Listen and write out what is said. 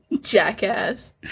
Jackass